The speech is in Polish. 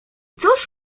cóż